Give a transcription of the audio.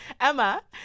Emma